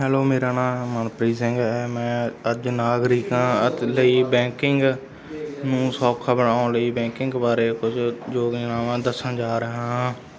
hello ਮੇਰਾ ਨਾਂ ਮਨਪ੍ਰੀਤ ਸਿੰਘ ਹੈ ਮੈਂ ਅੱਜ ਨਾਗਰਿਕਾਂ ਲਈ ਬੈਂਕਿੰਗ ਨੂੰ ਸੌਖਾ ਬਣਾਉਣ ਲਈ ਬੈਂਕਿੰਗ ਬਾਰੇ ਕੁਝ ਜੋ ਵਾ ਦੱਸਣ ਜਾ ਰਿਹਾ ਹਾਂ